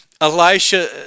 Elisha